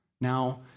Now